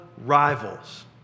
rivals